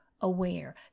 aware